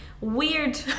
Weird